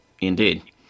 Indeed